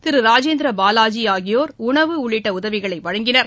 திருராஜேந்திரபாவாஜிஆகியோர் உணவு உள்ளிட்டஉதவிகளைவழங்கினர்